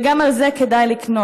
וגם על זה כדאי לקנוס.